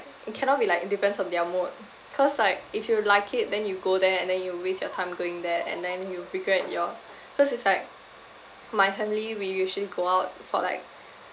it cannot be like depends on their mood cause like if you like it then you go there and then you waste your time going there and then you regret your cause it's like my family we usually go out for like